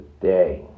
today